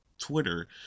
twitter